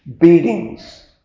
beatings